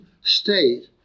state